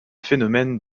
phénomène